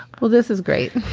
well, this is great.